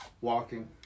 walking